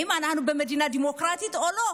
האם אנחנו במדינה דמוקרטית או לא?